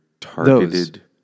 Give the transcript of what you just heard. targeted